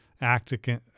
acting